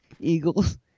Eagles